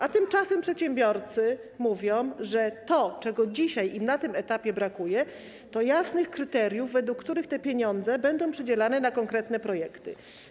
A tymczasem przedsiębiorcy mówią, że to, czego dzisiaj im na tym etapie brakuje, to jasne kryteria, według których te pieniądze będą przydzielane na konkretne projekty.